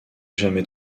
jamais